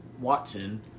Watson